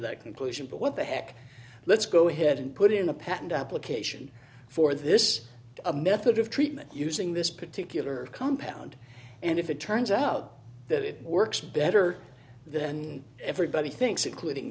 that conclusion but what the heck let's go ahead and put in the patent application for this a method of treatment using this particular compound and if it turns out that it works better then everybody thinks including